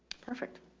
perfect.